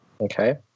Okay